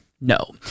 no